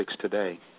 today